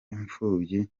impfubyi